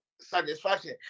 satisfaction